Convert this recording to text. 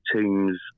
teams